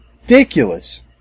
ridiculous